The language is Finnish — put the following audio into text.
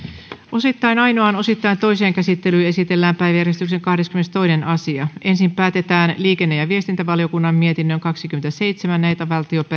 osittain ainoaan osittain toiseen käsittelyyn esitellään päiväjärjestyksen kahdeskymmenestoinen asia ensin päätetään liikenne ja viestintävaliokunnan mietinnön kaksikymmentäseitsemän